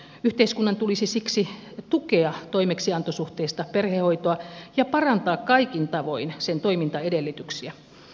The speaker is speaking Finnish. yhteiskunnan tulisi siksi tukea toimeksiantosuhteista perhehoitoa ja parantaa kaikin tavoin sen toimintaedellytyksiä